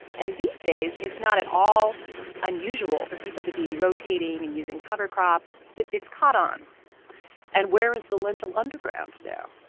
and these days, it's not at all unusual for people to be rotating and using cover crops. it has caught on and where is the lentil underground now?